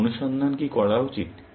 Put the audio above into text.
আমার অনুসন্ধান কি করা উচিত